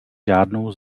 žádnou